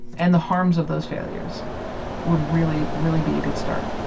and the harms of those failures would really really be a good start